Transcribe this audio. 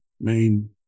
main